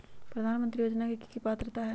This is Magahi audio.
प्रधानमंत्री योजना के की की पात्रता है?